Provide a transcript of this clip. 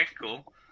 cool